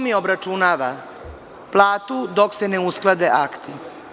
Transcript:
Ko mi obračunava platu dok se ne usklade akti?